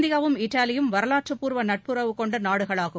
இந்தியாவும் இத்தாலியும் வரவாற்றுப் பூர்வ நட்புறவு கொண்ட நாடுகளாகும்